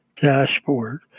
dashboard